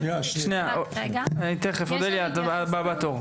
שנייה, אודליה את הבאה בטור.